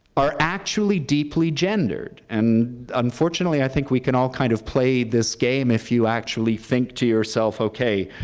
are actually deeply gendered, and unfortunately, i think we can all kind of play this game if you actually think to yourself, okay,